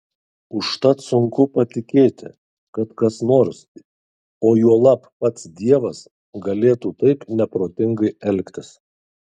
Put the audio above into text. užtat sunku patikėti kad kas nors o juolab pats dievas galėtų taip neprotingai elgtis